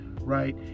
Right